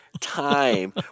time